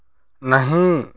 नहीं